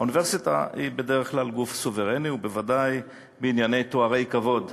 האוניברסיטה היא בדרך כלל גוף סוברני ובוודאי בענייני תוארי כבוד.